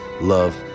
love